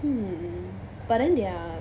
hmm but then their